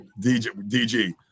DG